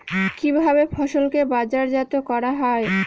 কিভাবে ফসলকে বাজারজাত করা হয়?